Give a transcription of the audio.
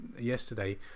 yesterday